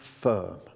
firm